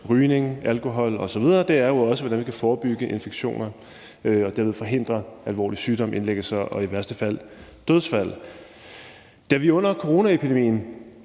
rygning, alkohol osv.; det handler jo også om, hvordan vi kan forebygge infektioner og derved forhindre alvorlig sygdom, indlæggelser og i værste fald dødsfald. Da vi under coronaepidemien